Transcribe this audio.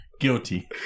Guilty